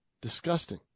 Disgusting